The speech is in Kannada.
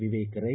ವಿವೇಕ ರೈ